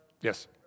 Yes